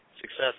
success